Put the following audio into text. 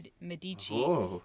Medici